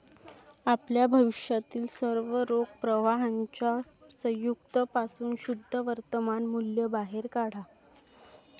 आपल्या भविष्यातील सर्व रोख प्रवाहांच्या संयुक्त पासून शुद्ध वर्तमान मूल्य बाहेर काढा